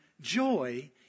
joy